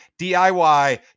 DIY